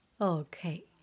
Okay